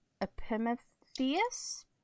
Epimetheus